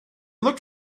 looked